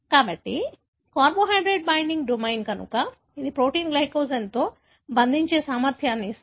కాబట్టి carbohydrate binding domain కనుక ఇది ప్రోటీన్ గ్లైకోజెన్తో బంధించే సామర్థ్యాన్ని ఇస్తుంది